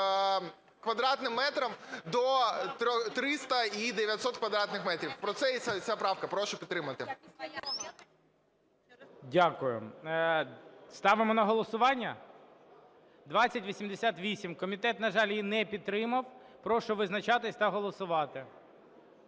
квадратним метрам до 300 і 900 квадратних метрів. Про це ця правка. Прошу підтримати. ГОЛОВУЮЧИЙ. Дякую. Ставимо на голосування? 2088. Комітет, на жаль, її не підтримав. Прошу визначатися та голосувати.